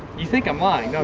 you think i'm lying don't